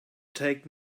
take